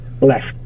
left